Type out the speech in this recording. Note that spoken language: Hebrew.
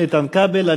איתן כבל,